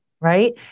right